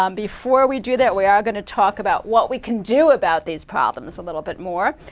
um before we do that, we are going to talk about what we can do about these problems a little bit more.